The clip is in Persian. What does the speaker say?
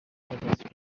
عادت